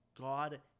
God